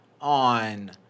on